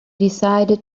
decided